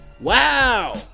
Wow